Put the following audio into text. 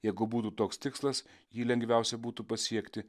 jeigu būtų toks tikslas jį lengviausia būtų pasiekti